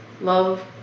love